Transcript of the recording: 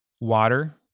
water